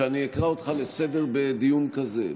שאני אקרא אותך לסדר בדיון כזה?